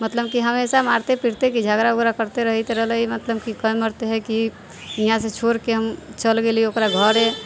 मतलम कि हमेशा मारिते पिटते कि झगड़ा उगड़ा करिते रहैत रहलै मतलम कि काए मारिते हइ कि हियाँ से छोड़िके हम चलि गइली ओकरा घरे